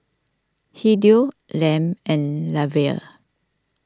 Hideo Lem and Lavelle